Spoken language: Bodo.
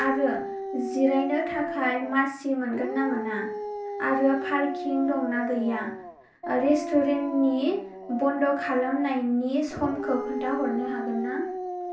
आरो जिरायनो थाखाय मासि मोनगोन ना मोना आरो पार्किं दं ना गैया रेस्ट'रेन्टनि बन्द' खालामनायनि समखौ खन्था हरनो हागोन ना